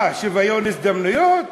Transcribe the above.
מה, שוויון הזדמנויות?